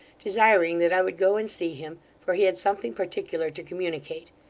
desiring that i would go and see him, for he had something particular to communicate.